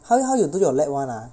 how you how you do your lab [one] ah